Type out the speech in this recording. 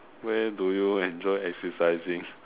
where do you enjoy exercising